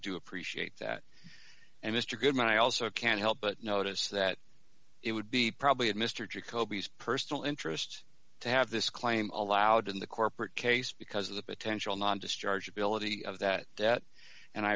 do appreciate that and mr goodman i also can't help but notice that it would be probably at mr jacoby's personal interest to have this claim allowed in the corporate case because of the potential non discharge ability of that debt and i